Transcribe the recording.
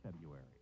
February